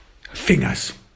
fingers